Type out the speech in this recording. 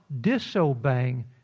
disobeying